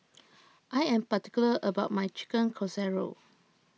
I am particular about my Chicken Casserole